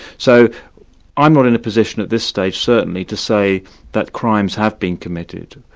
so i'm not in a position, at this stage, certainly, to say that crimes have been committed,